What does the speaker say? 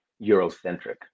Eurocentric